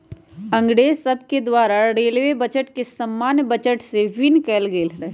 अंग्रेज सभके द्वारा रेलवे बजट के सामान्य बजट से भिन्न कएल गेल रहै